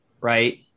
right